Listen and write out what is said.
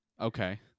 Okay